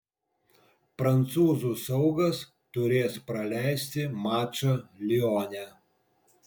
prancūzų saugas turės praleisti mačą lione